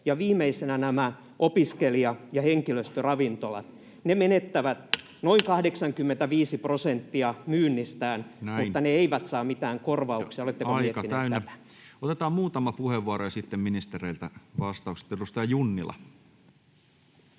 Viimeisenä nämä opiskelija- ja henkilöstöravintolat: Ne menettävät noin 85 prosenttia myynnistään, [Puhemies: Näin, aika täynnä!] mutta ne eivät saa mitään korvauksia. Oletteko miettineet tätä? Otetaan muutama puheenvuoro, ja sitten ministereiltä vastaukset. — Edustaja Junnila.